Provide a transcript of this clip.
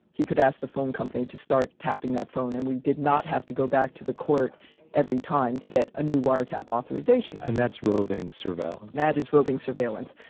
he could ask the phone company to start tapping that phone, and we did not have to go back to the court every time to get a new wiretap authorization. and that's roving surveillance. that is roving surveillance.